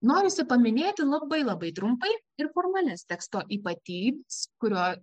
norisi paminėti labai labai trumpai ir formalias teksto ypatybes kurio